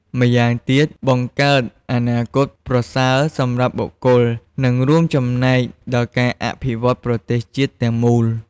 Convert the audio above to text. ម្យ៉ាងទៀត បង្កើតអនាគតប្រសើរសម្រាប់បុគ្គល និងរួមចំណែកដល់ការអភិវឌ្ឍន៍ប្រទេសជាតិទាំងមូល។